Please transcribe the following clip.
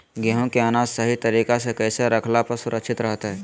गेहूं के अनाज सही तरीका से कैसे रखला पर सुरक्षित रहतय?